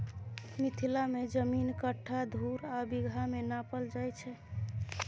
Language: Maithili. मिथिला मे जमीन कट्ठा, धुर आ बिगहा मे नापल जाइ छै